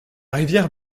rivière